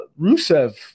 Rusev